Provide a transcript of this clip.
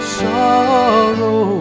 sorrow